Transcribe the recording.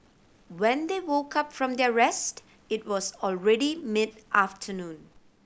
when they woke up from their rest it was already mid afternoon